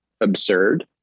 absurd